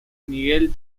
miguel